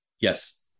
Yes